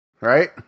right